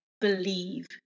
believe